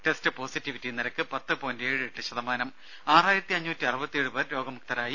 test positivity നിരക്ക് രോഗമുക്തരായി